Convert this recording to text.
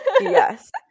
Yes